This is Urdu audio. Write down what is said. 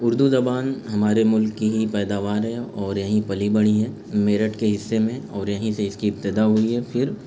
اردو زبان ہمارے ملک کی ہی پیداوار ہے اور یہیں پلی بڑھی ہے میرٹھ کے حصے میں اور یہیں سے اس کی ابتدا ہوئی ہے پھر